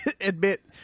admit